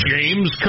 James